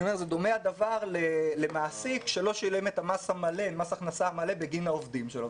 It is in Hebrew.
דומה הדבר למעסיק שלא שילם את מס ההכנסה המלא בגין העובדים שלו,